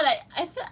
no but like